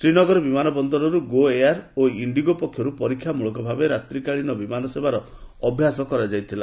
ଶ୍ରୀନଗର ବିମାନ ବନ୍ଦରରୁ Go Air ଏବଂ ଇଣ୍ଡିଗୋ ପକ୍ଷରୁ ପରୀକ୍ଷାମ୍ଭଳକ ଭାବେ ରାତ୍ରିକାଳୀନ ବିମାନ ସେବାର ଅଭ୍ୟାସ କରାଯାଇଥିଲା